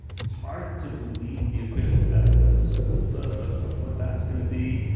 it's hard to believe the official estimates of ah of what that's going to be.